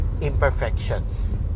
imperfections